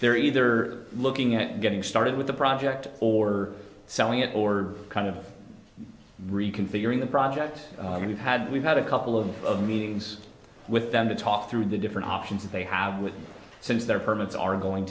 they're either looking at getting started with the project or selling it or kind of reconfiguring the project i mean we've had we've had a couple of meetings with them to talk through the different options they have with since their permits are going